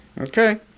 Okay